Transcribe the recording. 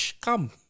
come